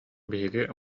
биһиги